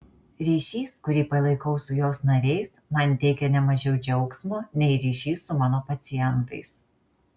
ryšys kurį palaikau su jos nariais man teikia ne mažiau džiaugsmo nei ryšys su mano pacientais